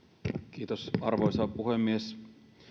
arvoisa puhemies